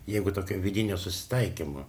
jeigu tokio vidinio susitaikymo